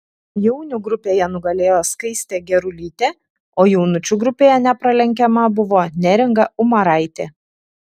jaunių grupėje nugalėjo skaistė gerulytė o jaunučių grupėje nepralenkiama buvo neringa umaraitė